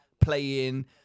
playing